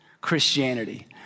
Christianity